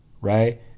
right